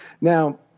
Now